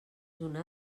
una